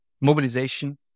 mobilization